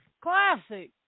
classic